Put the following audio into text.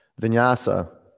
Vinyasa